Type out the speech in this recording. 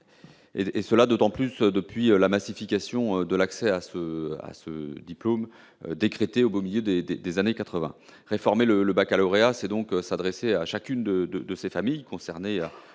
saisie, d'autant plus depuis la massification de l'accès à ce diplôme, décrétée au beau milieu des années quatre-vingt. Réformer le baccalauréat, c'est donc s'adresser à chacune de ces familles concernées à